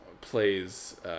plays